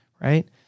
right